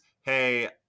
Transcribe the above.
hey